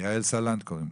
-- יעל סלנט קוראים לה.